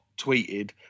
tweeted